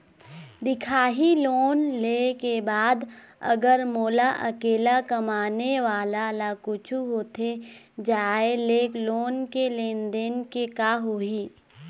दिखाही लोन ले के बाद अगर मोला अकेला कमाने वाला ला कुछू होथे जाय ले लोन के लेनदेन के का होही?